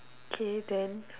K then